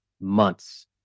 Months